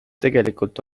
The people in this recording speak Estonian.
tegelikult